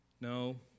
No